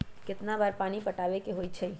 कितना बार पानी पटावे के होई छाई?